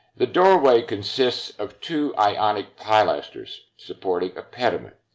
the doorway consists of two ionic pilasters supporting a pediment,